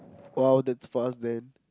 !wow! that's fast then